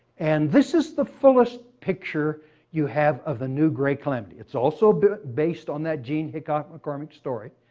and this is the fullest picture you have of the new gray calamity. it's also based on that jean hickok mccormick story.